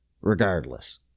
regardless